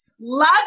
love